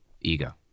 ego